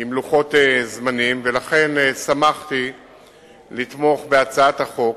עם לוחות זמנים, ולכן שמחתי לתמוך בהצעת החוק,